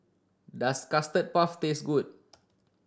does Custard Puff taste good